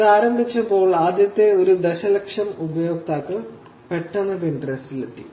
ഇത് ആരംഭിച്ചപ്പോൾ ആദ്യത്തെ ഒരു ദശലക്ഷം ഉപയോക്താക്കൾ പെട്ടെന്ന് പിന്ററസ്റ് ൽ എത്തി